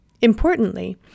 Importantly